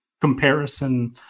comparison